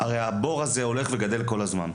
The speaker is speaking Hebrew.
הרי הבור הזה הולך וגדל כל הזמן,